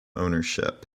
ownership